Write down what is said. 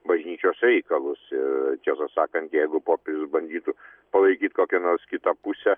bažnyčios reikalus ir tiesą sakant jeigu popiežius bandytų palaikyt kokią nors kitą pusę